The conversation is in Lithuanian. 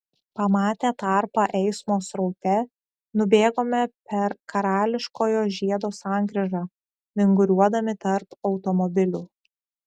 pamatę tarpą eismo sraute nubėgome per karališkojo žiedo sankryžą vinguriuodami tarp automobilių